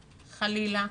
חלילה,